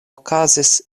okazis